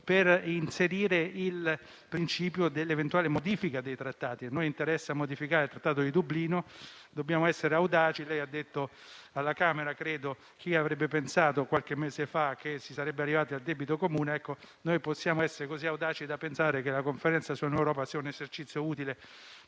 per inserire il principio dell'eventuale modifica dei trattati. A noi interessa modificare il Trattato di Dublino e dobbiamo essere audaci. Presidente Draghi, alla Camera lei ha detto: chi avrebbe pensato, qualche mese fa, che si sarebbe arrivati al debito comune. Noi possiamo essere così audaci da pensare che la Conferenza sul futuro dell'Europa sia un esercizio utile